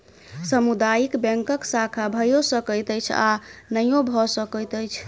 सामुदायिक बैंकक शाखा भइयो सकैत अछि आ नहियो भ सकैत अछि